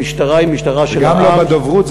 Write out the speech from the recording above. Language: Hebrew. המשטרה היא משטרה של העם, וגם לא בדוברות?